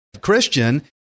Christian